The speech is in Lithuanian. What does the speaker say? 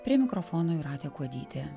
prie mikrofono jūratė kuodytė